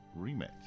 rematch